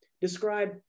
describe